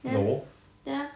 no